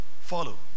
Follow